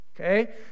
Okay